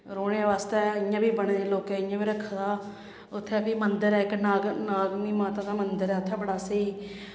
रौह्ने बास्तै इयां बी बने दे लोकें इयां बी रक्खे दा उत्थें बी मन्दर ऐ इक नाग नागमीं नाता दा मंदर ऐ उत्थें बड़ा स्हेई